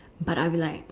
but I'll be like